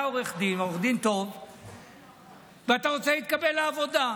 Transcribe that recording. עורך דין טוב ואתה רוצה להתקבל לעבודה.